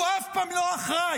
הוא אף פעם לא אחראי,